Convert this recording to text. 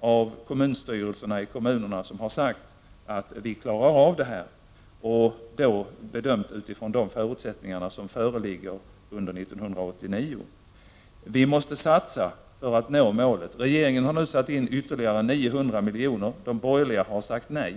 av kommunstyrelserna i kommunerna som har sagt att de klarar av denna situation. Det är då bedömt utifrån de förutsättningar som föreligger 1989. Vi måste satsa för att nå målet. Regeringen har nu satt in ytterligare 900 milj.kr., men de borgerliga har sagt nej.